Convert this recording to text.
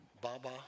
baba